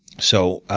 so